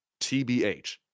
TBH